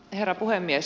herra puhemies